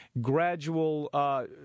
gradual